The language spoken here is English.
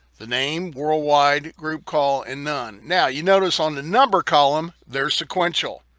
the name, worldwide, group call, and none, now you notice on the number column, they're sequential,